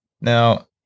now